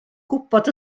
gwybod